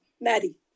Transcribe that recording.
Maddie